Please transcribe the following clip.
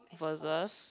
versus